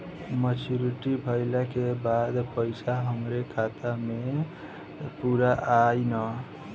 Maturity भईला के बाद पईसा हमरे खाता म पूरा आई न?